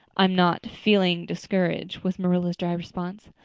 i'm not feeling discouraged, was marilla's dry response,